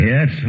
Yes